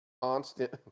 constant